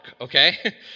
okay